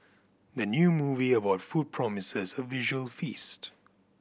the new movie about food promises a visual feast